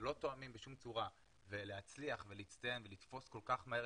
שלא תואמים בשום צורה ולהצליח ולהצטיין ולתפוס כל כך מהר